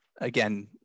again